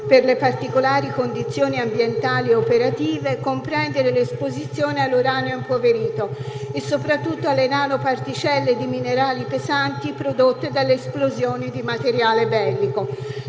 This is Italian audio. per le particolari condizioni ambientali od operative, comprendere l'esposizione all'uranio impoverito e soprattutto alle nanoparticelle di minerali pesanti prodotte dalle esplosioni di materiale bellico.